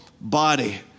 body